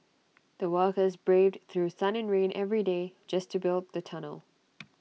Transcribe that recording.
the workers braved through sun and rain every day just to build the tunnel